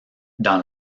dans